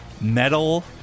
metal